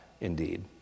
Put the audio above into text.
indeed